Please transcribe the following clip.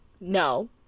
No